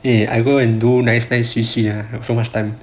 eh I go and do management C_C ah so much time